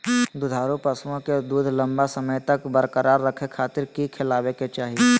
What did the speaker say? दुधारू पशुओं के दूध लंबा समय तक बरकरार रखे खातिर की खिलावे के चाही?